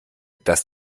dass